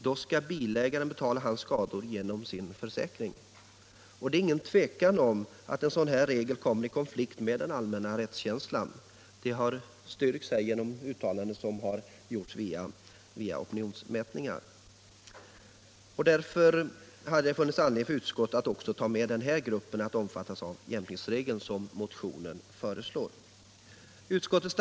Då skall bilägaren betala hans skador genom sin bilförsäkring. Det är inget tvivel om att en sådan regel kommer i konflikt med den allmänna rättskänslan. Det har styrkts av opinionsundersökningar. Därför hade det funnits anledning för utskottet att också låta den gruppen omfattas av jämkningsregeln, såsom vi föreslår i motionen.